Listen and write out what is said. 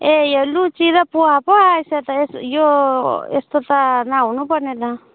ए यो लुची र पोहा पो आएछ त यसो यो यस्तो त नहुनु पर्ने त